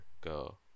go